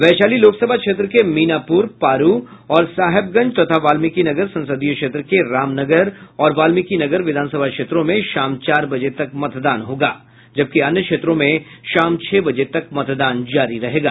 वैशाली लोकसभा क्षेत्र के मीनापुर पारू और साहेबगंज तथा वाल्मीकिनगर संसदीय क्षेत्र के रामनगर और वाल्मीकिनगर विधानसभा क्षेत्रों में शाम चार बजे तक मतदान होगा जबकि अन्य क्षेत्रों में शाम छह बजे तक मतदान जारी रहेगा